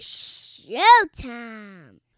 showtime